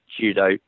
judo